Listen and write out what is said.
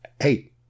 Hey